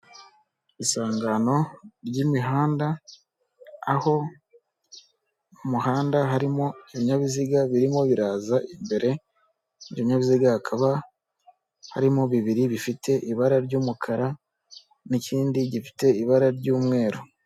Isangano ry'imihanda, aho mu muhanda harimo ibinyabiziga birimo biraza imbere, y'ibyo binyabiziga hakaba harimo bibiri bifite ibara ry'umukara, n'ikindi gifite ibara ry'umweru.